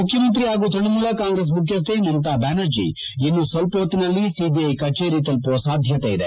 ಮುಖ್ಯಮಂತ್ರಿ ಪಾಗೂ ತ್ಯಣಮೂಲ ಕಾಂಗ್ರೆಸ್ ಮುಖ್ಯಕ್ಕೆ ಮಮತಾ ಬ್ಯಾರ್ಜ ಇನ್ನೂ ಸ್ವಲ್ಪ ಹೊತ್ತಿನಲ್ಲಿ ಸಿಬಿಐ ಕಚೇರಿಗೆ ತಲುಪುವ ಸಾಧ್ವತೆಯಿದೆ